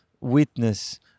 witness